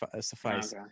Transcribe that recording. suffice